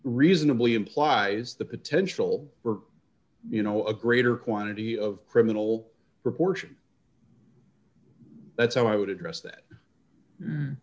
reasonably implies the potential for you know a greater quantity of criminal proportion that's how i would address that